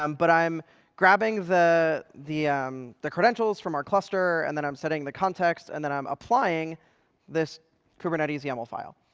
um but i'm grabbing the the um credentials from our cluster, and then i'm setting the context, and then i'm applying this kubernetes yaml file.